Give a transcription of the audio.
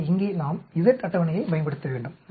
எனவே இங்கே நாம் z அட்டவணையைப் பயன்படுத்த வேண்டும்